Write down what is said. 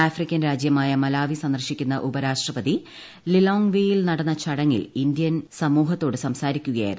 African രാജ്യമായ Malawi സന്ദർശിക്കുന്ന ഉപരാഷ്ട്രപതി ലിലോങ്വേയിൽ നടന്ന ചടങ്ങിൽ ഇന്ത്യൻ സമൂഹത്തോട് സംസാരിക്കുകയായിരുന്നു